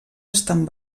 estan